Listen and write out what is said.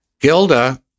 Gilda